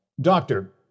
Doctor